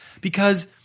because-